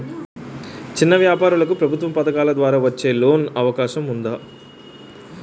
చిన్న వ్యాపారాలకు ప్రభుత్వం పథకాల ద్వారా వచ్చే లోన్ అవకాశం ఉందా?